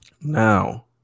Now